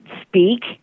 speak